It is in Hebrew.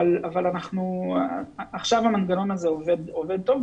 אבל עכשיו המנגנון הזה עובד טוב,